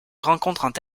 rencontrent